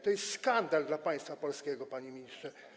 To jest skandal dla państwa polskiego, panie ministrze.